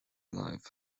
life